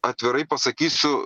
atvirai pasakysiu